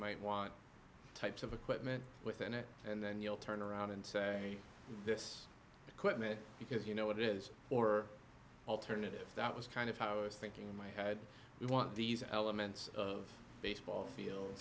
might want types of equipment within it and then you'll turn around and say this equipment because you know what it is or alternative that was kind of how i was thinking in my head you want these elements of baseball field